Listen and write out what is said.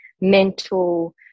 mental